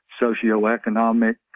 socioeconomic